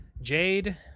Jade